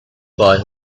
boy